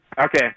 Okay